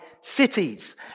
cities